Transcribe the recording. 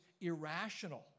irrational